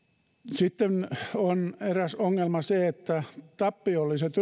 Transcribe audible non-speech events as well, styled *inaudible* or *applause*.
sitten on eräs ongelma se että tappiolliset *unintelligible*